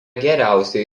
geriausiai